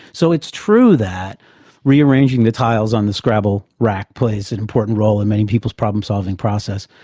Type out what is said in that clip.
so it's true that rearranging the tiles on the scrabble rack plays an important role in many people's problem solving process,